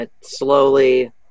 slowly